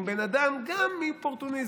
בן אדם, גם מאופורטוניזם,